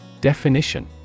Definition